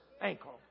ankle